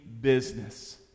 business